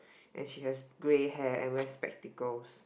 and she has grey hair and wear spectacles